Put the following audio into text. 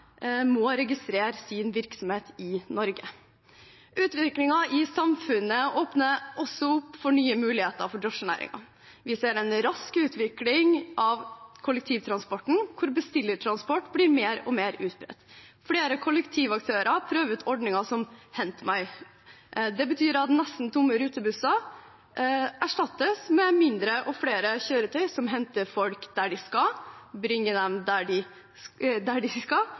må registrere sin virksomhet i Norge. Utviklingen i samfunnet åpner også opp for nye muligheter for drosjenæringen. Vi ser en rask utvikling av kollektivtransporten, hvor bestillertransport blir mer og mer utbredt. Flere kollektivaktører prøver ut ordninger som «Hent meg». Det betyr at nesten tomme rutebusser erstattes med mindre og flere kjøretøy som henter folk der de er, bringer dem dit de skal,